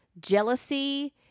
jealousy